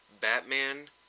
Batman